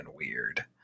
weird